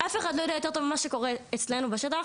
אף אחד לא יודע יותר טוב מה שקורה אצלנו בשטח.